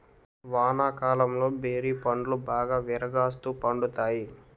వానాకాలంలో బేరి పండ్లు బాగా విరాగాస్తు పండుతాయి